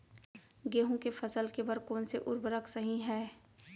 गेहूँ के फसल के बर कोन से उर्वरक सही है?